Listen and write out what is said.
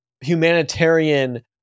humanitarian